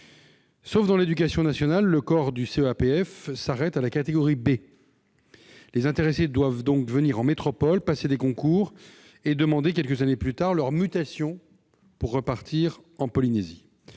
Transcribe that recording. Sauf dans l'éducation nationale, les corps de CEAPF « s'arrêtent » à la catégorie B. Les intéressés doivent donc venir en métropole passer des concours et demander, quelques années plus tard, leur mutation pour revenir en Polynésie.